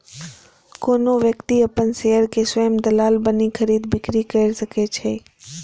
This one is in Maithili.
कोनो व्यक्ति अपन शेयर के स्वयं दलाल बनि खरीद, बिक्री कैर सकै छै